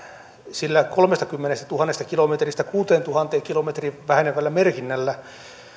sillä kolmestakymmenestätuhannesta kilometristä kuuteentuhanteen kilometriin vähenevällä merkinnällä